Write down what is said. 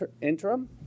interim